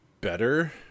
better